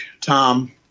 Tom